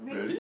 really